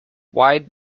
why